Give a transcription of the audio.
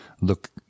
look